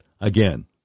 Again